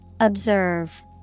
Observe